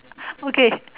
okay